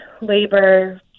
labor